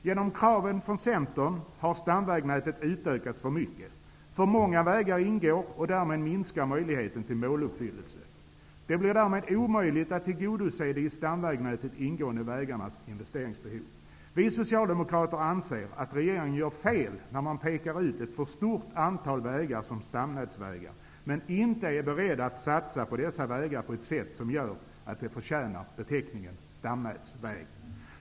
Genom kraven från Centern har stamvägnätet utökats för mycket. Det är för många vägar som ingår och därmed minskar möjligheten till måluppfyllelse. Det blir därmed omöjligt att tillgodose de i stamvägnätet ingående vägarnas investeringsbehov. Vi socialdemokrater anser att regeringen gör fel när man pekar ut ett för stort antal vägar som stamnätsvägar, samtidigt som man inte är beredd att satsa på dessa vägar på ett sätt som gör att de förtjänar beteckningen stamnätsväg.